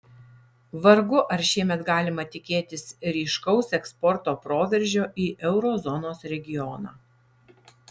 vargu ar šiemet galima tikėtis ryškaus eksporto proveržio į euro zonos regioną